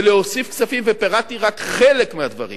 ולהוסיף כספים, ופירטתי רק חלק מהדברים.